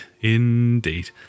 Indeed